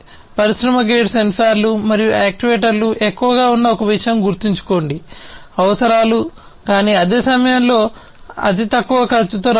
పరిశ్రమ గ్రేడ్ సెన్సార్లు మరియు యాక్యుయేటర్లు ఎక్కువగా ఉన్న ఒక విషయం గుర్తుంచుకోండి అవసరాలు కానీ అదే సమయంలో అవి తక్కువ ఖర్చుతో రావాలి